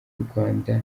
rwanda